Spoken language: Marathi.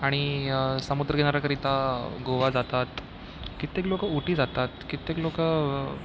आणि समुद्रकिनाऱ्याकरिता गोवा जातात कित्येक लोक उटी जातात कित्येक लोक